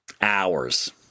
hours